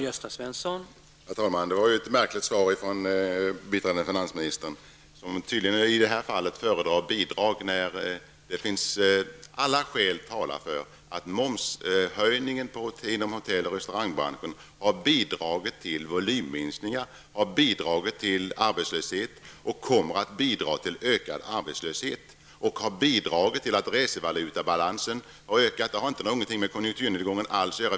Herr talman! Det var ett märkligt svar från biträdande finansministern. Han föredrar tydligen i det här fallet bidrag fastän allt talar för att momshöjningen inom hotell och restaurangbranschen har bidragit till volymminskningar och arbetslöshet och kommer att bidra till ökad arbetslöshet. Momshöjningen har bidragit till att underskottet i resevalutabalansen har ökat, och det har inte någonting alls med konjunkturnedgången att göra.